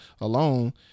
alone